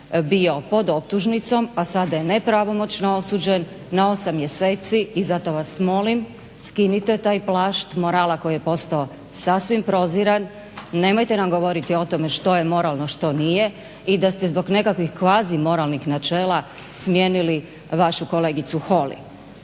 bio pod optužnicom, a sada je nepravomoćno osuđen na 8 mjeseci. I zato vas molim, skinite taj plašt morala koji je postao sasvim proziran, nemojte nam govoriti o tome što je moralno, što nije i da ste zbog nekakvih kvazi moralnih načela smijenili vašu kolegicu Holly.